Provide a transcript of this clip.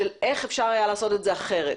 לגבי איך אפשר היה לעשות את זה אחרת?